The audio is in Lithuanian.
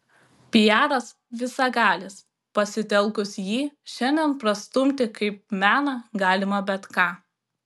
piaras visagalis pasitelkus jį šiandien prastumti kaip meną galima bet ką